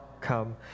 come